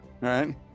Right